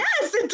Yes